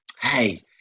hey